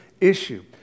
issue